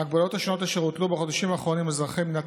ההגבלות השונות אשר הוטלו בחודשים האחרונים על אזרחי מדינת